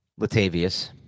Latavius